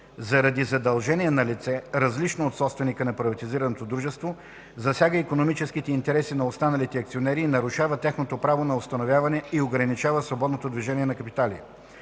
заради задължения на лице, различно от собственика на приватизираното дружество, засяга икономическите интереси на останалите акционери и нарушава тяхното право на установяване и ограничава свободното движение на капитали.